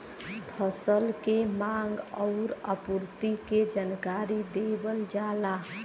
फसल के मांग आउर आपूर्ति के जानकारी देवल जाला